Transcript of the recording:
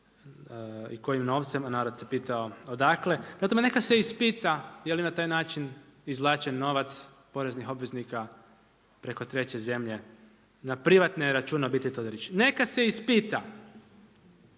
i kojim novcem, a narod se pitao odakle, zato neka se ispita je li na taj način izvlačen novac poreznih obveznika preko treće zemlje na privatne račune obitelji Todorić. Neka se ispita